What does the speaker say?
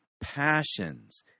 passions